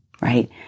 right